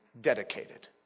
dedicated